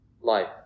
life